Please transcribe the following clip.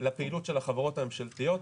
לפעילות של החברות הממשלתיות,